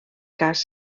cas